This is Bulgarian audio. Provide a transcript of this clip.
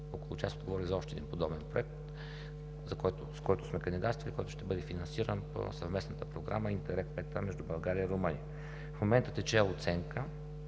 около час отговорих за още един подобен проект, в който сме кандидатствали и ще бъде финансиран по съвместната Програма Интеррег V-А между България и Румъния. В момента се извършва